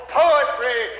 poetry